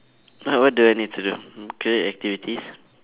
uh what do I need to do create activities